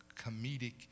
comedic